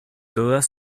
todas